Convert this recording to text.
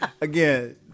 Again